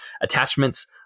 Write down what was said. Attachments